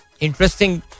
interesting